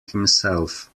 himself